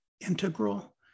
integral